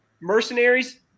mercenaries